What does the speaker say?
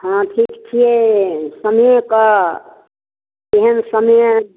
हाँ ठीक छियै समयके एहन समय